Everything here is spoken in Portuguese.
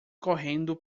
correndo